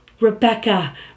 Rebecca